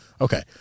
okay